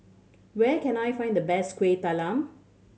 where can I find the best Kueh Talam